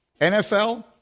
NFL